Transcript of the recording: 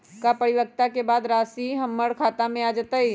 का परिपक्वता के बाद राशि हमर खाता में आ जतई?